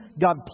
God